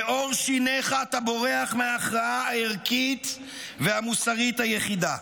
בעור שיניך אתה בורח מההכרעה הערכית והמוסרית היחידה: